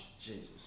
Jesus